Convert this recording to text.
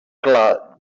clar